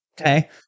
Okay